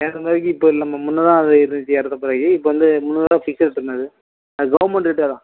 இரநூறுவாய்க்கு இப்போ இல்லம்மா முன்தான் அது இருந்துச்சு இரநூத்தம்பதுருவாய்க்கு இப்போ வந்து முந்நூறு ஃபிக்ஸட் ரேட்மா அது அது கவர்மெண்ட் ரேட்டே அதுதான்